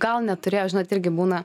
gal neturėjo žinot irgi būna